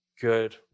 good